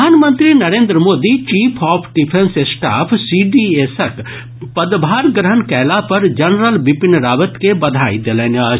प्रधानमंत्री Narendra Modi chief of defence staff C D एसक पदभार ग्रहण कयला पर जनरल विपिन रावत के बधाई देलनि अछि